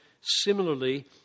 Similarly